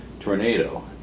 tornado